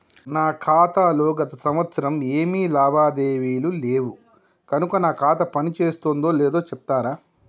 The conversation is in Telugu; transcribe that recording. నా ఖాతా లో గత సంవత్సరం ఏమి లావాదేవీలు లేవు కనుక నా ఖాతా పని చేస్తుందో లేదో చెప్తరా?